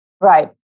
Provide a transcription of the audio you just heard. Right